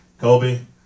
Colby